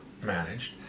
managed